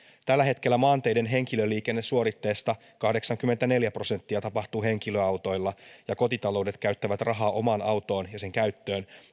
tällä hetkellä maanteiden henkilöliikennesuoritteesta kahdeksankymmentäneljä prosenttia tapahtuu henkilöautoilla ja kotitaloudet käyttävät rahaa omaan autoon ja sen käyttöön